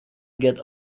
get